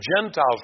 Gentiles